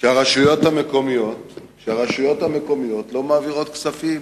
שהרשויות המקומיות לא מעבירות עבורם כספים.